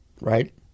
Right